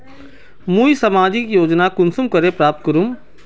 मुई सामाजिक योजना कुंसम करे प्राप्त करूम?